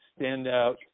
Standout